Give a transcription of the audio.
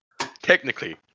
Technically